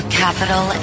capital